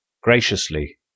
Graciously